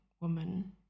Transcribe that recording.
woman